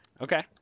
Okay